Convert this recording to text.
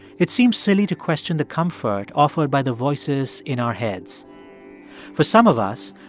it seems silly to question the comfort offered by the voices in our heads for some of us,